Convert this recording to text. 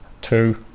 Two